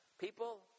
people